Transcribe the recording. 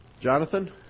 Jonathan